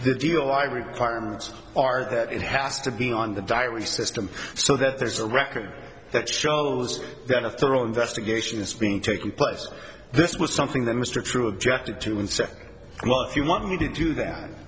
the deal i requirements are that it has to be on the diary system so that there's a record that shows that a thorough investigation is being taken place this was something that mr trew objected to and said well if you want me to do that